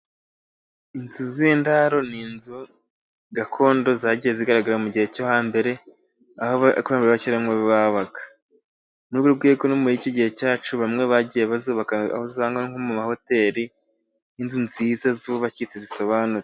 Inzu z'indaro ni inzu gakondo zagiye zigaragara mu gihe cyo hambere, aho abakuramberebashyiramu babaga no muri iki gihe cyacu bamwe bagiye nko mu mahoteli nziza zubaki zisobanutse.